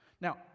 Now